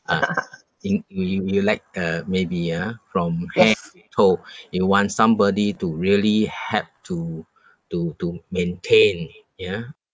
ah in we we would like uh maybe ah from head to toe you want somebody to really help to to to maintain ya